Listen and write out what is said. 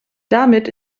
damit